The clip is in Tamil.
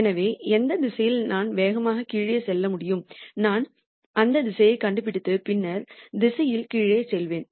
எனவே எந்த திசையில் நான் வேகமாக கீழே செல்ல முடியும் நான் அந்த திசையை கண்டுபிடித்து பின்னர் திசையில் கீழே செல்வேன்